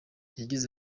yagize